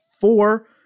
four